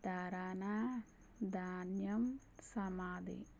ధారానా ధాన్యం సమాధి